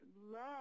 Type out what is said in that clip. love